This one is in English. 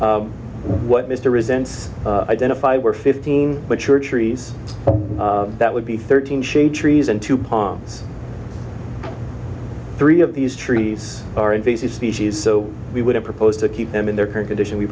trees what mr resents identified were fifteen mature trees that would be thirteen shade trees and two palms three of these trees are invasive species so we wouldn't propose to keep them in their current condition we